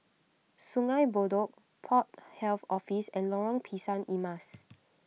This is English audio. Sungei Bedok Port Health Office and Lorong Pisang Emas